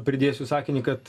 pridėsiu sakinį kad